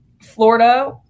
Florida